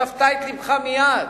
שבתה את לבך מייד,